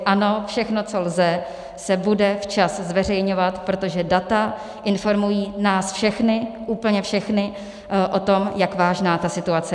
Ano, všechno, co lze, se bude včas zveřejňovat, protože data informují nás všechny, úplně všechny o tom, jak vážná ta situace je.